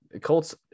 Colts